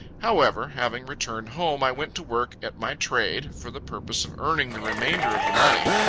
however, having returned home, i went to work at my trade, for the purpose of earning the remainder of the money.